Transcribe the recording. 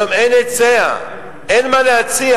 היום אין היצע, אין מה להציע.